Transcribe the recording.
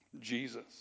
Jesus